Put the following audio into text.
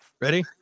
Ready